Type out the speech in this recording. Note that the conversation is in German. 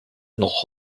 noch